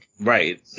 right